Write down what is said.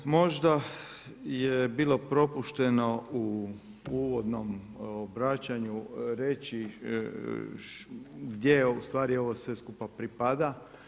Možda je bilo propušteno u uvodnom obraćanju reći gdje ustvari ovo sve skupa pripada.